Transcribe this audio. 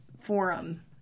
forum